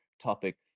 topic